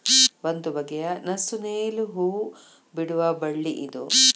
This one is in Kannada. ಒಂದು ಬಗೆಯ ನಸು ನೇಲು ಹೂ ಬಿಡುವ ಬಳ್ಳಿ ಇದು